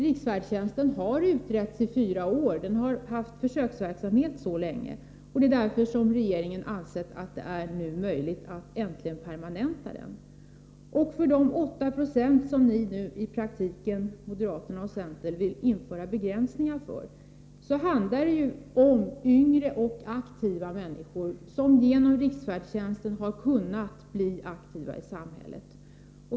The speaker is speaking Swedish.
Riksfärdtjänsten har utretts under fyra år — man har haft en försöksverksamhet så länge. Därför anser regeringen att det nu äntligen är möjligt att permanenta den. De 8 20 som moderaterna och centern nu i praktiken vill begränsa riksfärdtjänsten för är yngre och aktiva människor som genom riksfärdtjänsten har kunnat bli aktiva i samhället.